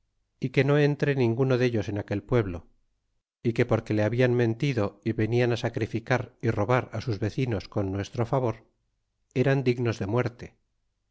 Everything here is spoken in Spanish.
y que no entre ninguno dellos en aquel pueblo y que porque le hablan mentido y venían sacrificar y robar sus vecinos con nuestro favor eran dignos de muerte